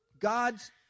God's